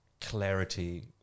clarity